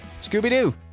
Scooby-Doo